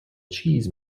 cheese